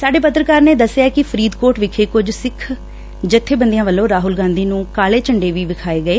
ਸਾਡੇ ਪੱਤਰਕਾਰ ਨੇ ਦਸਿਆ ਕਿ ਫਰੀਦਕੋਟ ਵਿਖੇ ਕੁਝ ਸਿੱਖ ਜੱਬੇਬੰਦੀ ਵਲੋਂ ਰਾਹੁਲ ਗਾਂਧੀ ਨੂੰ ਕਾਲੇ ਝੰਡੇ ਵੀ ਵਿਖਾਏ ਗਏ